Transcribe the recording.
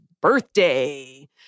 birthday